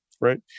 right